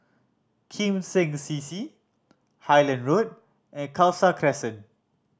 Kim Seng C C Highland Road and Khalsa Crescent